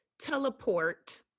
teleport